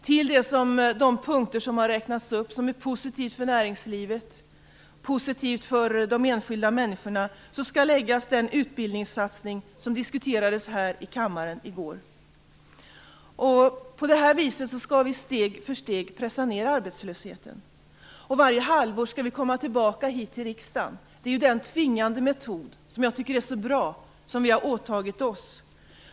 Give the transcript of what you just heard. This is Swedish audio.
Till de uppräknade punkter som är positiva för näringslivet och för de enskilda människorna skall läggas den utbildningssatsning som diskuterades här i kammaren i går. På det här viset skall vi steg för steg pressa ned arbetslösheten. Varje halvår skall vi komma tillbaka hit till riksdagen. Det är en tvingande metod som jag tycker är mycket bra och som vi har åtagit oss.